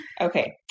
Okay